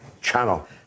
channel